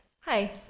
Hi